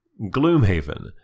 Gloomhaven